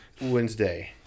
Wednesday